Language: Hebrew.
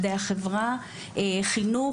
מדעי החברה, חינוך.